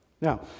now